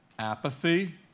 Apathy